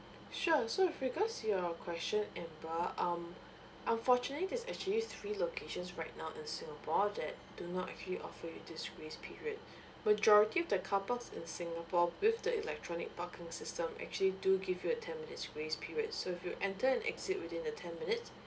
sure so with regards to your question amber um unfortunately there's actually three locations right now in singapore that do not actually offer you this grace period majority of the carpark in singapore with the electronic parking system actually do give you a ten minutes grace periods so if you enter and exit within the ten minutes